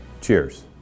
Cheers